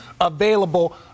available